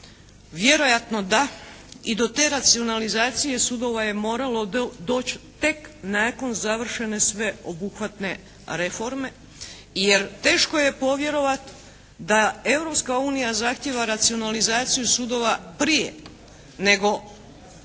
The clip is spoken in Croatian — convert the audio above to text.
Vjerojatno da i do te racionalizacije sudova je moralo doći tek nakon završene sveobuhvatne reforme jer teško je povjerovati da Europska unija zahtijeva racionalizaciju sudova prije nego recimo